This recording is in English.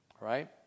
Right